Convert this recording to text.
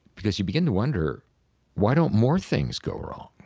because you begin to wonder why don't more things go wrong.